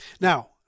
Now